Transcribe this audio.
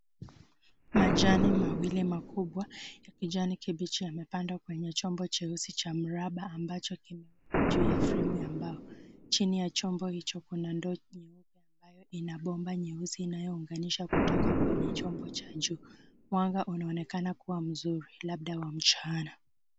Majani mawili makubwa ya kijani kibichi yamepandwa kwenye chombo cheusi cha mraba ambacho kiko juu ya fremu ya mbao. Chini ya chombo hicho kuna ndoo nyeupe ambayo ina bomba nyeusi inayounganishwa kutoka chombo cha juu. Mwanga unaonekana kuwa mzuri labda wa mchana.